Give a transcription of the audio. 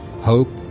Hope